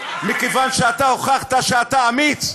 מכיוון שהוכחת שאתה אמיץ,